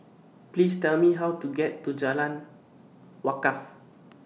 Please Tell Me How to get to Jalan Wakaff